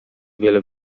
wiele